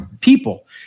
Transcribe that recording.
people